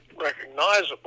recognizable